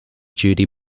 judy